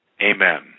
amen